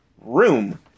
room